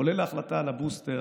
כולל ההחלטה על הבוסטר,